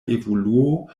evoluo